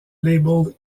label